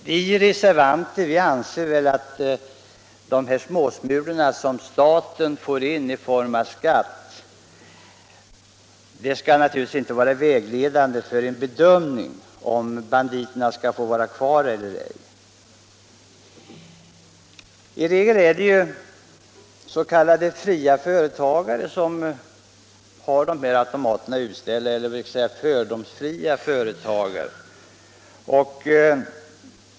Vi reservanter anser att desmåsmulor som staten får in i form av skatt inte skall vara vägledande för en bedömning av om banditerna bör få vara kvar eller ej. I regel är det ju s.k. fria företagare — dvs. många gånger fördomsfria företagare — som har sådana här automater utställda.